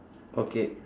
okay